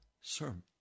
sermon